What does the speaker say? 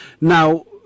Now